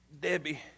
Debbie